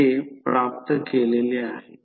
5 ampere दिले आहे